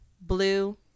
blue